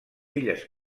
illes